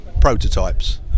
prototypes